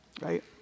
Right